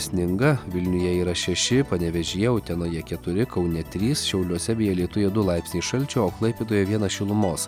sninga vilniuje yra šeši panevėžyje utenoje keturi kaune trys šiauliuose bei alytuje du laipsniai šalčio klaipėdoje vienas šilumos